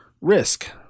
Risk